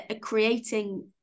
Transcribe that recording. creating